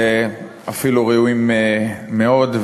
אפילו ראויים מאוד.